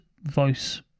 voice